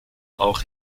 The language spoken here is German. auch